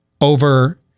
over